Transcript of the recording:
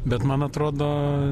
bet man atrodo